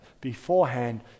beforehand